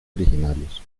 originarios